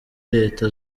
leta